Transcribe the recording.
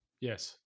Yes